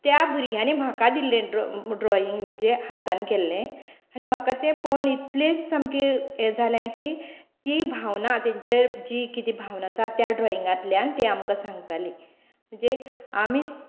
त्या भुरग्यांनी म्हाका दिल्लें ड्रो ड्रोइंग म्हणजे हातांत केल्लें आनी म्हाका तें पळोवन इतलें सामकें यें जालें की ती भावनां तांची जी भावना आसा त्या ड्रोइंगातल्यान ती आमकां सांगताली जे आमी